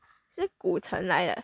是古城来的